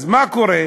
אז מה קורה?